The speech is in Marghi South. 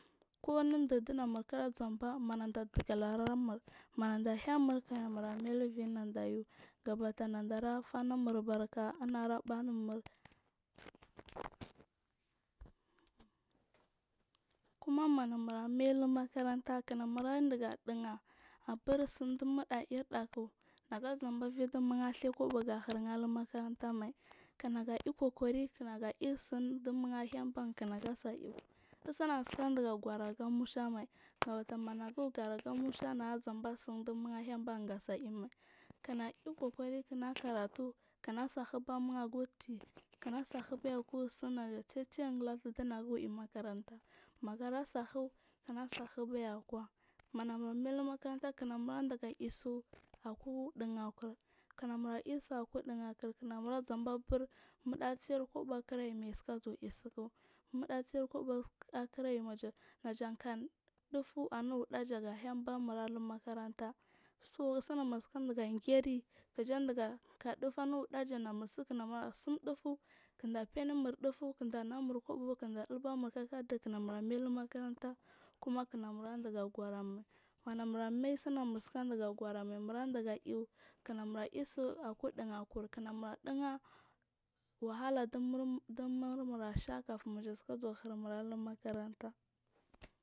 Kunuɗu dumurasika zanba manada digal aramul mada liya kinaya mail u ivi nayayu gabata nadarafenumur bak-rka inara barnumur kuma manamul mailu makaranta kinamurdiga digha abur sindimu da irdak naga zanba ivin dumum dha kobo ga hir anumakaranta mai kinayi kokari kinaga law sindu munki yanbak nansai liw diga sika gora aga musha mai gatamar mana bur gora naga zanba sin du amma hyinbe kinayii kukari kina karatu kinasai hiba amman agu tii asai hiba aku tijna garesa liyar manamura mailumakaranta kin ya diga iawsu aku ɗigakir namur zanba abur muɗa sair kobo kina zanba abur muɗa siye kobo aikir ayu majankan dufu anu wudaja ga hinba alu makaranta so sanamu sika diga geri kinjan digakan dufu anuw dala namursu kinamura sim dufu kik da fenumur dufu ivu kinda di bermul kakadi ga mailumakaranta namuradiga gora mai manaru uremaisu masikadugoramai, manamura maisu digasika dun goramai kimamura isu aku ɗiga kir maga diya wahala du murm iu asha namura lu makaranta.